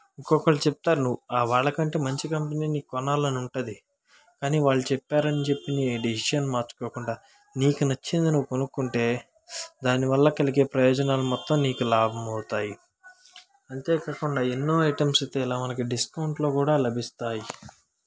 ఒక్కొక్కరు చెప్తారు వాళ్ళకంటే మంచి కంపెనీ నీకు కొనాలని ఉంటుంది కానీ వాళ్ళు చెప్పారని చెప్పి మీ డేసిషన్ మార్చుకోకుండా నీకు నచ్చింది నువ్వు కొనుక్కుంటే దానివల్ల కలిగే ప్రయోజనాలు మొత్తం నీకు లాభం అవుతాయి అంతేకాకుండా ఎన్నో ఐటెమ్స్ అయితే ఇలా మనకి డిస్కౌంట్లో కూడా లభిస్తాయి